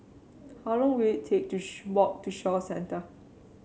how long will it take to walk to Shaw Centre